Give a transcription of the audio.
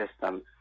system